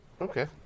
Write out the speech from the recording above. Okay